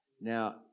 Now